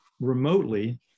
remotely